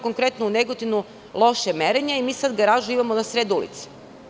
Konkretno u Negotinu je loše merenje i sada garažu imamo na sred ulice.